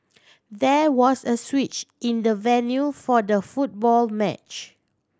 there was a switch in the venue for the football match